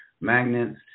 magnets